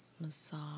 Massage